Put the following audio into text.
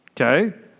Okay